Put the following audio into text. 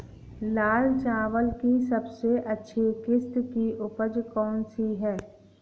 लाल चावल की सबसे अच्छी किश्त की उपज कौन सी है?